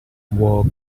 work